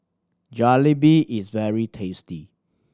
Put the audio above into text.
jalebi is very tasty